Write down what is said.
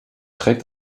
trägt